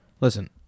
Listen